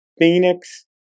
Phoenix